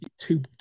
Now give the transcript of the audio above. two